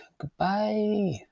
Goodbye